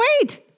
wait